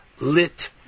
lit